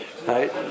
Right